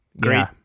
great